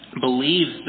believes